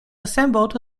assembled